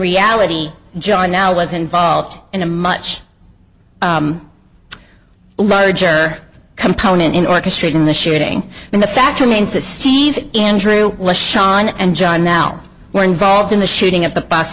reality john now was involved in a much a larger component in orchestrating the shooting and the fact remains that steve andrew less sean and john now were involved in the shooting at the bus